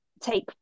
take